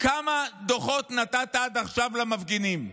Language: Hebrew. כמה דוחות נתת עד עכשיו למפגינים?